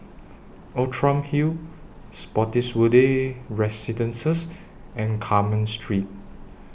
Outram Hill Spottiswoode Residences and Carmen Street